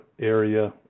area